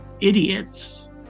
idiots